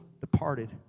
departed